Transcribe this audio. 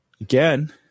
Again